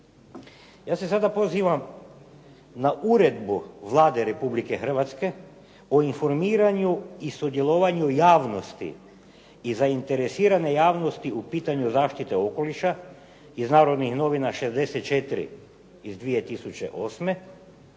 Ja se sada pozivam na uredbu Vlade Republike Hrvatske o informiranju i sudjelovanju javnosti i zainteresirane javnosti u pitanju zaštite okoliša iz "Narodnih novina" 64 iz 2008.